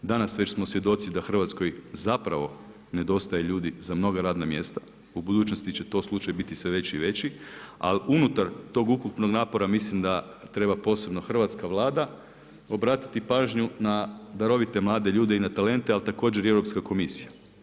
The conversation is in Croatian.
Danas već smo svjedoci da u Hrvatskoj zapravo nedostaje ljudi za mnoga radna mjesta, u budućnosti će to slučaj biti sve veći i veći, ali unutar tog ukupnog napora, mislim da treba posebno Hrvatska vlada na darovite mlade ljude i na talente, ali također i Europska komisija.